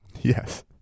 Yes